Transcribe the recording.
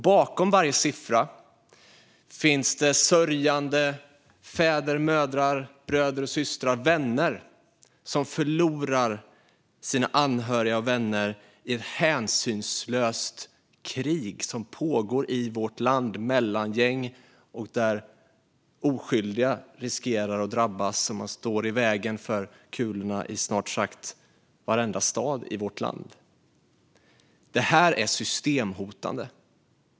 Bakom varje siffra finns det sörjande fäder, mödrar, bröder, systrar och vänner som förlorar sina anhöriga och vänner i ett hänsynslöst krig som pågår i vårt land mellan gäng. Oskyldiga riskerar att drabbas om de står i vägen för kulorna i snart sagt varenda stad i vårt land. Det här är systemhotande.